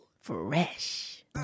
fresh